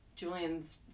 Julian's